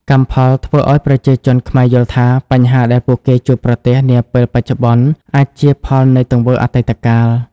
កម្មផល ធ្វើឱ្យប្រជាជនខ្មែរយល់ថា បញ្ហាដែលពួកគេជួបប្រទះនាពេលបច្ចុប្បន្នអាចជាផលនៃទង្វើអតីតកាល។